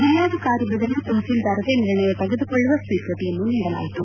ಜಿಲ್ಲಾಧಿಕಾರಿ ಬದಲು ತಹಸೀಲ್ವಾರರೇ ನಿರ್ಣಯ ತೆಗೆದುಕೊಳ್ಳುವ ಸ್ವೀಕೃತಿಯನ್ನು ನೀಡಲಾಯಿತು